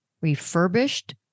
refurbished